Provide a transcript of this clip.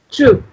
True